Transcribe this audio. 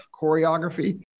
choreography